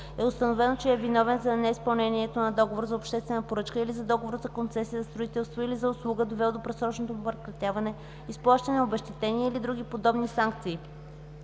е установено, че е виновен за неизпълнението на договор за обществена поръчка или на договор за концесия за строителство или за услуга, довело до предсрочното му прекратяване, изплащане на обезщетения или други подобни санкции;